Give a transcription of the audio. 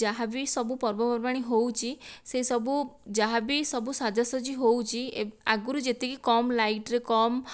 ଯାହାବି ସବୁ ପର୍ବପର୍ବାଣି ହେଉଛି ସେ ସବୁ ଯାହାବି ସବୁ ସାଜସଜି ହେଉଛି ଆଗରୁ ଯେତିକି କମ୍ ଲାଇଟ୍ରେ କମ୍